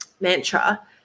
mantra